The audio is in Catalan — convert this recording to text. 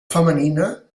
femenina